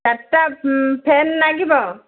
ଚାରିଟା ଫ୍ୟାନ୍ ଲାଗିବ